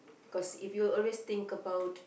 cause if you always think about